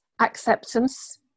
acceptance